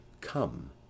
Come